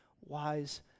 wise